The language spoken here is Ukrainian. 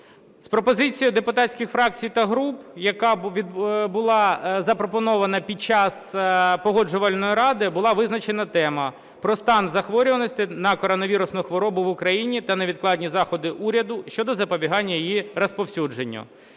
За пропозицією депутатських фракцій та груп, яка була запропонована під час Погоджувальної ради, була визначена тема: "Про стан захворюваності на коронавірусну хворобу в Україні та невідкладні заходи уряду щодо запобігання її розповсюдженню".